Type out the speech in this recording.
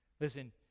Listen